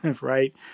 right